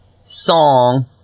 song